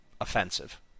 offensive